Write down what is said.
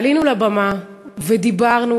עלינו לבמה ודיברנו,